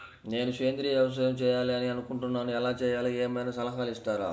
నేను సేంద్రియ వ్యవసాయం చేయాలి అని అనుకుంటున్నాను, ఎలా చేయాలో ఏమయినా సలహాలు ఇస్తారా?